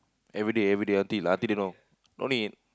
everyday everyday until until they know no need